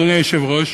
אדוני היושב-ראש,